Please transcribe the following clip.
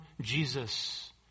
Jesus